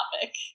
topic